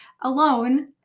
alone